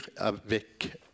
avec